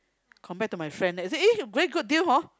compare to my friend eh then I say very good deal hor